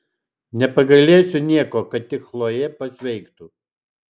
nepagailėsiu nieko kad tik chlojė pasveiktų